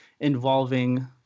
involving